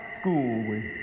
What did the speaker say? school